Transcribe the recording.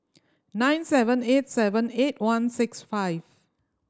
nine seven eight seven eight one six five